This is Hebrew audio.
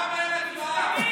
למה אין הצבעה?